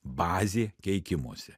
bazė keikimosi